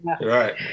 right